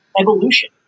evolution